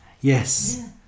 Yes